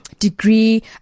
degree